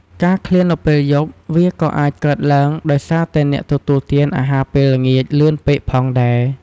ការឃ្លាននៅពេលយប់ វាក៏អាចកើតឡើងដោយសារតែអ្នកទទួលទានអាហារពេលល្ងាចលឿនពេកផងដែរ។